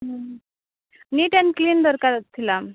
NEET and clean ଦରକାର ଥିଲା